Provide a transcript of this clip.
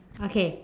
okay